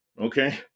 Okay